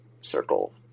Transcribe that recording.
circle